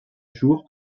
jour